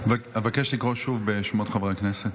אבקש לקרוא שוב בשמות חברי הכנסת.